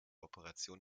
operation